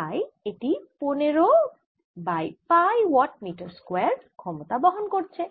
তাই এটি পনের বাই পাই ওয়াট প্রতি মিটার স্কয়ার ক্ষমতা বহন করছে